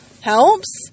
helps